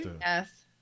yes